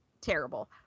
terrible